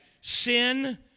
sin